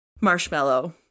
marshmallow